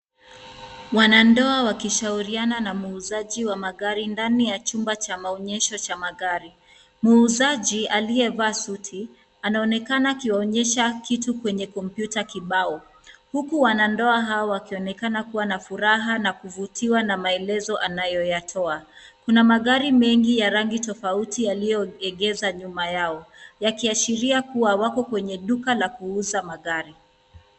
Wanandoa wakishauriana na muuzaji wa magari ndani ya chumba cha maonyesho cha magari. Muuzaji aliyevaa suti anaonekana akionyesha kitu kwenye komputa kibao huku wanandoa hao wakionekana kuwa na furaha na kuvutiwa na maelezo anayoyatoa. Kuna magari mengi ya rangi tofauti yaliyoegeza nyuma yao yakiashiria kuwa wako kwenye duka la kuuza magari.